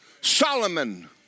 Solomon